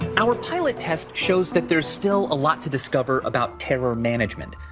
our pilot test shows that there's still a lot to discover about terror management,